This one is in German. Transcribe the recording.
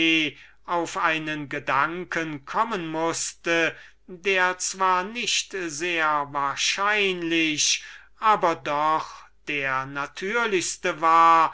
auf einen gedanken kam der zwar nicht sehr wahrscheinlich aber doch der natürlichste war